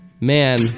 Man